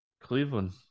Cleveland